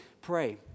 pray